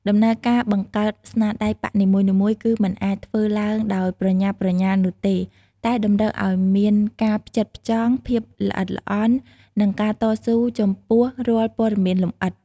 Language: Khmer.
ដំណើរការបង្កើតស្នាដៃប៉ាក់នីមួយៗ គឺមិនអាចធ្វើឡើងដោយប្រញាប់ប្រញាល់នោះទេ តែតម្រូវឱ្យមានការផ្ចិតផ្ចង់ ភាពល្អិតល្អន់ និងការតស៊ូចំពោះរាល់ព័ត៌មានលម្អិត។